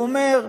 הוא אומר: